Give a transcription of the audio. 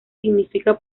significa